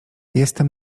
jestem